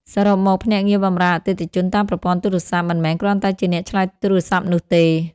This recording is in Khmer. សរុបមក ភ្នាក់ងារបម្រើអតិថិជនតាមប្រព័ន្ធទូរស័ព្ទ មិនមែនគ្រាន់តែជាអ្នកឆ្លើយទូរស័ព្ទនោះទេ។